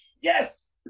Yes